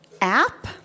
app